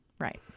right